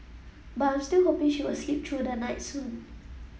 but I'm still hoping she will sleep through the night soon